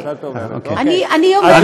לא, את